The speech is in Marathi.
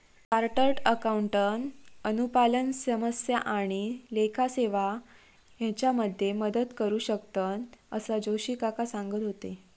चार्टर्ड अकाउंटंट अनुपालन समस्या आणि लेखा सेवा हेच्यामध्ये मदत करू शकतंत, असा जोशी काका सांगत होते